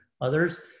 others